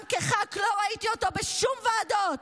גם כח"כ לא ראיתי אותו בשום ועדות,